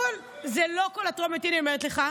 זה לא כל הטרומיות, הינה אני אומרת לך.